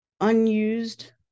unused